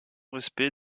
respect